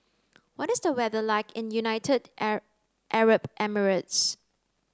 what is the weather like in United Arab Emirates